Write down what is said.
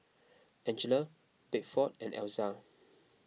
Angella Bedford and Elza